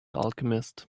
alchemist